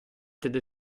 the